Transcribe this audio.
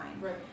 Right